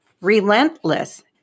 relentless